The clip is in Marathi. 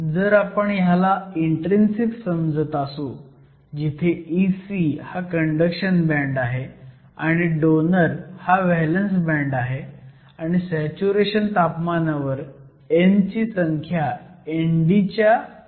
जर आपण ह्याला इन्ट्रीन्सिक समजत असू जिथे Ec हा कंडक्शन बँड आहे आणि डोनर हा व्हॅलंस बँड आहे आणि सॅच्युरेशन तापमानावर n ची संख्या ND च्या 90 आहे